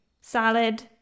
salad